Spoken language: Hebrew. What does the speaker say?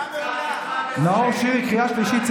כאן 11. כאן 11. כאן 11. נאור שירי, קריאה שלישית.